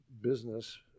business